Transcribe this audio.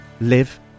live